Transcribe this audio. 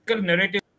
narrative